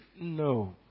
no